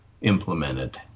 implemented